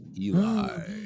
Eli